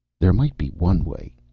there might be one way,